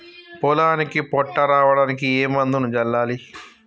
పొలానికి పొట్ట రావడానికి ఏ మందును చల్లాలి?